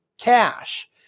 cash